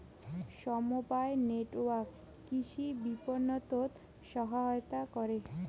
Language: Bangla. সমবায় নেটওয়ার্ক কৃষি বিপণনত সহায়তা করে